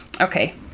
Okay